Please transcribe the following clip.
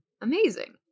Amazing